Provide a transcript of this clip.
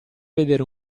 vedere